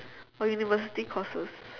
or university courses